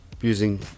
using